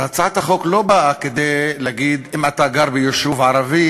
הצעת החוק לא באה להגיד שאם אתה גר ביישוב ערבי,